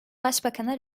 başbakana